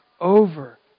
over